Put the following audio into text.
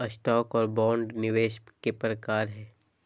stock आर bond निवेश के प्रकार हय